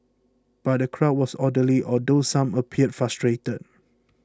but the crowd was orderly although some appeared frustrated